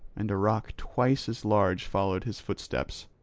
and a rock twice as large followed his footsteps.